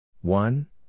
One